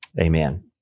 Amen